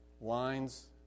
lines